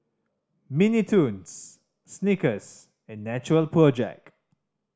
Mini Toons Snickers and Natural Project